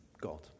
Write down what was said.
God